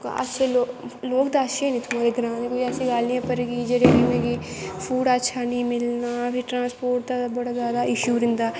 अच्छे लो लोग ते अच्छे न इत्थुआं दे ग्रां दे कोई ऐसी गल्ल निं ऐ पर कीजे जेह्ड़ी उ'नेंगी फूड अच्छा निं मिलना फिर ट्रांसपोर्ट दा बड़ा जैदा इशू रैंह्दा